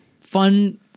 fun